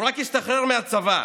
הוא רק השתחרר מהצבא.